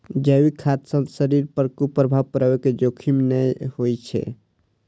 जैविक खाद्य सं शरीर पर कुप्रभाव पड़ै के जोखिम नै होइ छै